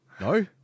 no